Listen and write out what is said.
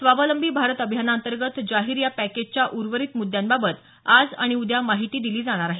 स्वावलंबी भारत अभियानांतर्गत जाहीर या पॅकेजच्या उर्वरित मृद्यांबाबत आज आणि उद्या माहिती दिली जाणार आहे